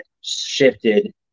shifted